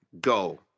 go